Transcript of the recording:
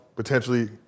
Potentially